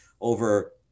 over